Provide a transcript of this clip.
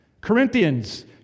Corinthians